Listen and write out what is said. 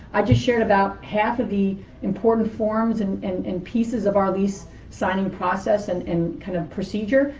i just shared about half of the important forms and and and pieces of our lease signing process and and kind of procedure.